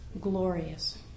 glorious